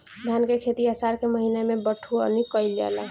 धान के खेती आषाढ़ के महीना में बइठुअनी कइल जाला?